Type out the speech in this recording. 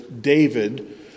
David